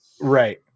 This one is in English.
Right